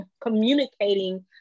communicating